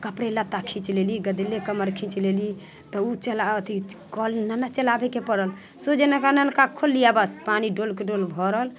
कपड़े लत्ता खीञ्च लेली गदेली कम्बल खीञ्च लेली तऽ उ चला अथी कल नहि ने चलाबेके पड़ल सोझे नलका खोलली आओर बस पानि डोलके डोल भरल